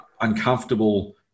uncomfortable